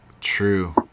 True